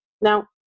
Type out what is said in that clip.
Now